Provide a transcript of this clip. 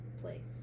place